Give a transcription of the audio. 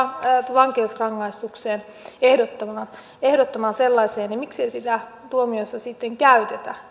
vankeusrangaistukseen ehdottomaan ehdottomaan sellaiseen niin miksei sitä tuomioissa sitten käytetä